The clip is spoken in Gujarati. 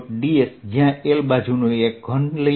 ds જ્યાં L બાજુનું એક ઘન લઇએ